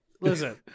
Listen